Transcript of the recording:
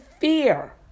fear